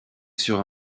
sur